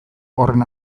horren